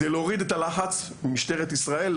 כדי להוריד את הלחץ ממשטרת ישראל,